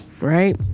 right